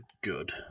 good